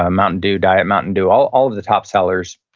ah mountain dew, diet mountain dew, all all of the top sellers,